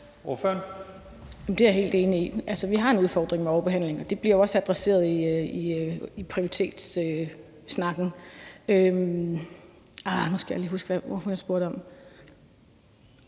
Det er jeg helt enig i. Vi har en udfordring med overbehandling, og det bliver også adresseret i prioriteretssnakken.